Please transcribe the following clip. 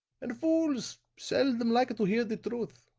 and fools seldom like to hear the truth.